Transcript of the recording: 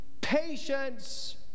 patience